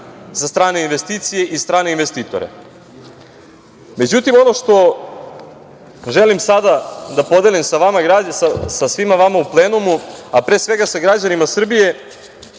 za strane investicije i strane investitore.Međutim, ono što želim sada da podelim sa svima vama u plenumu, a pre svega sa građanima Srbije